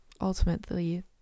ultimately